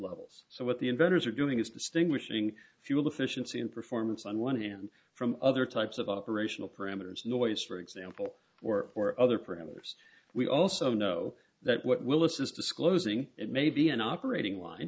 levels so what the inventors are doing is distinguishing fuel efficiency and performance on one hand from other types of operational parameters noise for example or or other parameters we also know that what will assist disclosing it may be an operating line